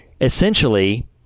essentially